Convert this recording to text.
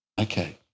Okay